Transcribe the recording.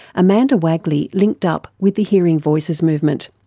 amanda waegely linked up with the hearing voices movement.